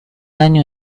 año